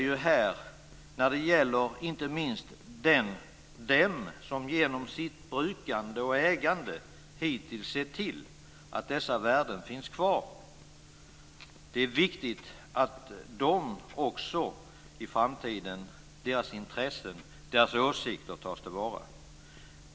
Detta gäller inte minst dem som genom sitt brukande och ägande hittills sett till att dessa värden finns kvar. Det är viktigt att deras åsikter och intressen tas till vara i framtiden.